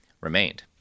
remained